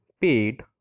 paid